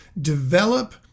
develop